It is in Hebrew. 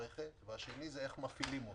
המערכת; והשני, איך מפעילים אותה.